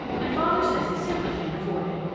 and father says he simply can't afford it.